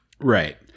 Right